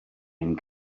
ein